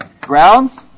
Grounds